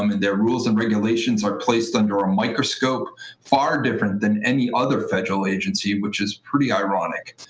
i mean their rules and regulations are placed under a microscope far different than any other federal agency, which is pretty ironic.